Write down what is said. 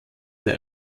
der